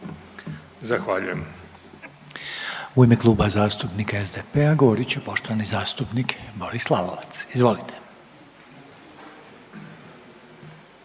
pohvaljujem,